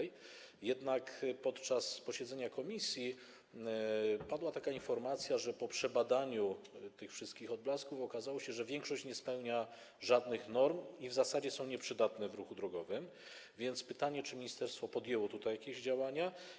Jednak podczas posiedzenia komisji padła taka informacja, że po przebadaniu tych wszystkich odblasków okazało się, że większość nie spełnia żadnych norm i w zasadzie są nieprzydatne w ruchu drogowym, więc pytanie, czy ministerstwo podjęło jakieś działania.